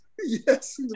Yes